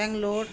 Bangalore